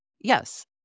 Yes